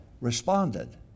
responded